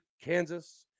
Kansas